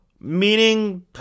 ...meaning